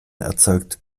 erzeugt